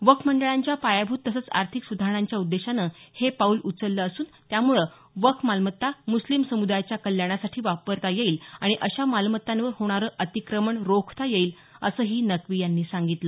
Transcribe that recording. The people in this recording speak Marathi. वक्फ मंडळांच्या पायाभूत तसंच आर्थिक सुधारणांच्या उद्देशानं हे पाऊल उचललं असून त्यामुळे वक्फ मालमत्ता मुस्लिम समुदायाच्या कल्याणासाठी वापरता येईल आणि अशा मालमत्तांवर होणारं अतिक्रमण रोखता येईल असंही नक्की यांनी सांगितलं